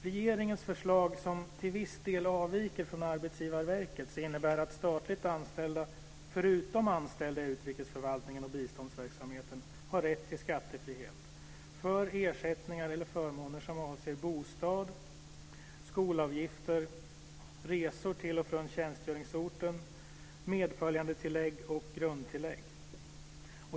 Regeringens förslag, som till viss del avviker från Arbetsgivarverkets, innebär att statligt anställda förutom anställda i utrikesförvaltningen och biståndsverksamheten har rätt till skattefrihet för ersättningar eller förmåner som avser bostad, skolavgifter, resor till och från tjänstgöringsorten, medföljandetillägg och grundtillägg.